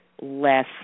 less